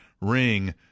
ring